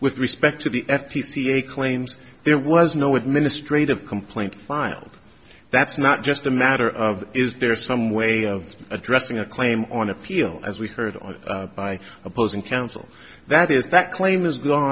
with respect to the f t c a claims there was no administrative complaint filed that's not just a matter of is there some way of addressing a claim on appeal as we heard on by opposing counsel that is that claim is